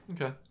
okay